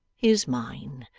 is mine.